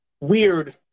weird